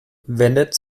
wendet